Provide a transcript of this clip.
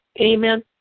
Amen